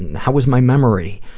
how was my memory,